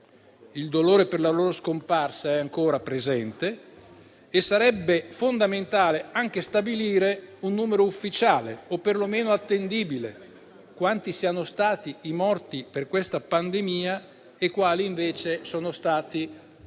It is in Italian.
Il dolore per la loro scomparsa è ancora presente e sarebbe anche fondamentale stabilire un numero ufficiale o perlomeno attendibile. Quanti sono stati i morti per questa pandemia? Quanti invece sono morti